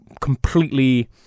completely